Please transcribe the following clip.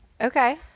Okay